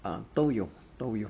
ah 都有都有